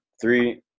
three